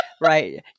Right